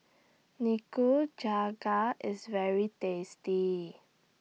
Nikujaga IS very tasty